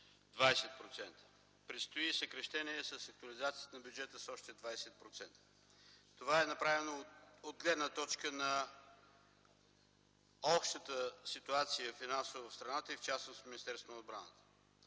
20%. Предстои съкращение с актуализацията на бюджета с още 20%. Това е направено от гледна точка на общата финансова ситуация в страната и в частност Министерството на отбраната.